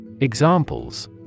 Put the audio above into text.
Examples